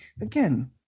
again